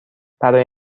برای